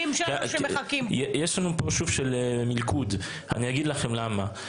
יש לנו פה סוג של מלכוד, אני אגיד לכם למה.